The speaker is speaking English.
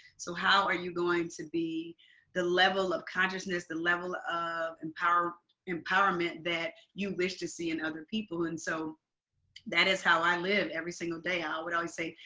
so how are you going to be the level of consciousness, the level of empowerment empowerment that you wish to see in other people? and so that is how i live every single day. i would always say,